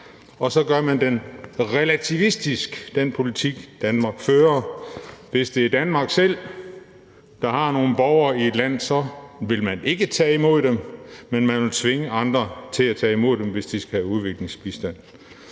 Og så gør man den politik, Danmark fører, relativistisk. Hvis det er Danmark selv, der har nogle borgere i et land, så vil man ikke tage imod dem, men man vil tvinge andre lande til at tage imod deres egne borgere, hvis de skal have udviklingsbistand.